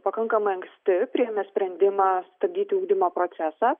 pakankamai anksti priėmė sprendimą stabdyti ugdymo procesą